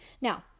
Now